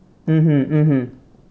mmhmm mmhmm